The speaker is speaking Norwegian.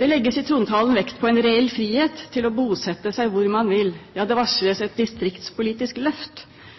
Det legges i trontalen vekt på en reell frihet til å bosette seg hvor man vil. Ja, det varsles et distriktspolitisk løft.